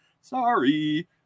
sorry